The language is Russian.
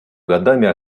годами